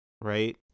right